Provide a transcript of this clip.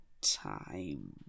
time